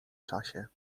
czasie